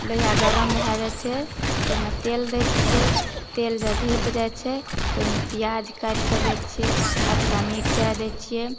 लोहिआ गरम भए जाइ छै ताहिमे तेल दैत छियै तेल जब धीप जाइत छै तऽ ओहिमे प्याज काटिकऽ दैत छियै कचका मिरचाइ दैत छियै